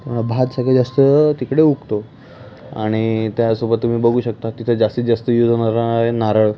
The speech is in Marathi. त्यामुळे भात सगळं जास्त तिकडे उगतो आणि त्यासोबत तुम्ही बघू शकता तिथे जास्तीत जास्त यूज होणारा आहे नारळ